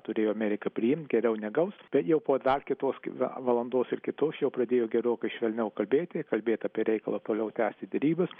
turėjo amerika priimt geriau negaus bet jau po dar kitos valandos ir kitos jau pradėjo gerokai švelniau kalbėti kalbėt apie reikalą toliau tęsti derybas